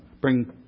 bring